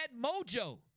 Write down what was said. mojo